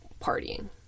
partying